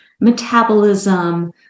metabolism